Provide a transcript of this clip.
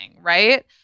Right